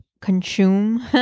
consume